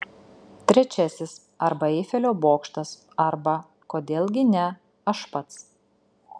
trečiasis arba eifelio bokštas arba kodėl gi ne aš pats